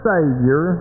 Savior